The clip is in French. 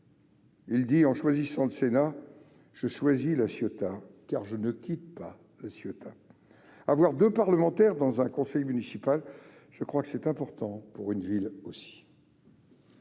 :« En choisissant le Sénat, je choisis La Ciotat, car je ne quitte pas La Ciotat. [...] Avoir deux parlementaires dans un conseil municipal, je crois que c'est important pour une ville aussi.